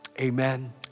Amen